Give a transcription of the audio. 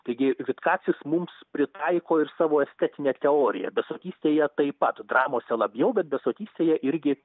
taigi vitkacis mums pritaiko ir savo estetinę teoriją besotystėje taip pat dramose labiau bet beprotystėje irgi